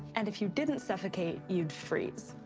and if you didn't suffocate, you'd freeze.